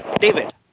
David